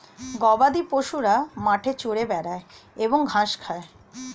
গবাদিপশুরা মাঠে চরে বেড়ায় এবং ঘাস খায়